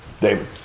David